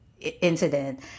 incident